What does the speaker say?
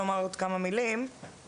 אתם